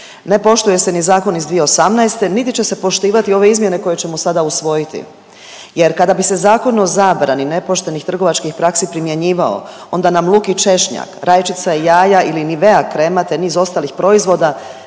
Ne poštuje se ni zakon iz 2018. niti će se poštivati ove izmjene koje ćemo sada usvojiti, jer kada bi se Zakon o zabrani nepoštenih trgovačkih praksi primjenjivao onda nam luk i češnjak, rajčica i jaja ili Nivea krema, te niz ostalih proizvoda